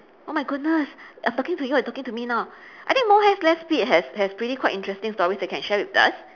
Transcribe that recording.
oh my goodness I'm talking to you or you are talking to me now I think more haste less speed has has pretty quite interesting stories you can share with us